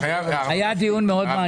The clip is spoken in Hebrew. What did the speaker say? היה דיון מאוד מעניין.